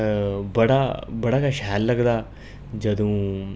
बड़ा बड़ा गै शैल लगदा जदूं